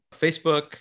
Facebook